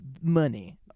money